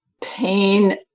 pain